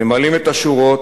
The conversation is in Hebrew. ממלאים את השורות,